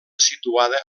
situada